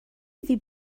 iddi